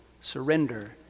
surrender